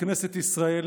בכנסת ישראל